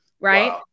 right